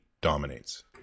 dominates